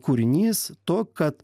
kūrinys to kad